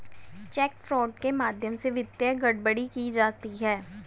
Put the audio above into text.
check fraud के माध्यम से वित्तीय गड़बड़ियां की जाती हैं